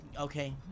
Okay